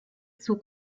zug